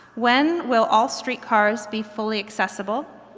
when will all streetcars be fully accessible?